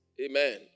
Amen